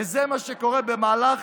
וזה מה שקורה במהלך